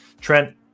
trent